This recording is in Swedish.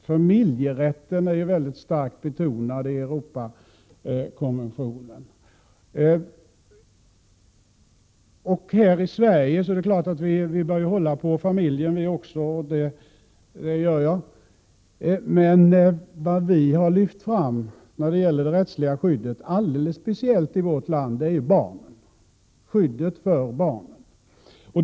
Familjerätten är ju mycket starkt betonad i Europakonventionen. Det är klart att vi här i Sverige också bör hålla på familjen — och det gör jag. Men vad vi i vårt land har lyft fram alldeles speciellt när det gäller det rättsliga skyddet är skyddet för barnen.